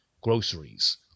groceries